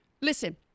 Listen